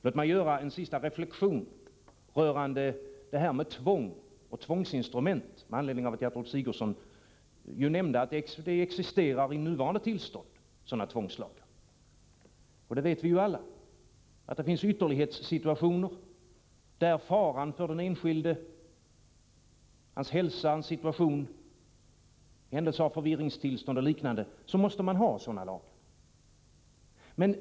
Låt mig göra en sista reflexion om detta med tvång och tvångsinstrument med anledning av att Gertrud Sigurdsen nämnde att sådana tvångslagar ju existerar. Vi vet alla att det finns ytterlighetssituationer med fara för den enskildes hälsa, förvirringstillstånd eller liknande. Då behövs sådana lagar.